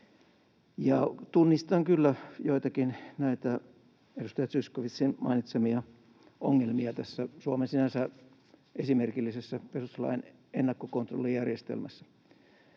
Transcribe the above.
tunnistan kyllä joitakin näitä edustaja Zyskowiczin mainitsemia ongelmia tässä Suomen sinänsä esimerkillisessä perustuslain ennakkokontrollijärjestelmässä.